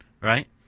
right